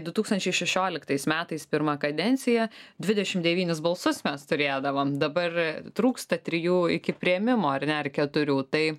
du tūkstančiai šešioliktais metais pirmą kadenciją dvidešimt devynis balsus mes turėdavom dabar trūksta trijų iki priėmimo ar ne ar keturių tai